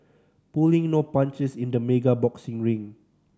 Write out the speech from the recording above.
pulling no punches in the mega boxing ring